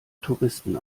touristen